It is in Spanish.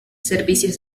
servicios